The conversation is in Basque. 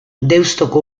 deustuko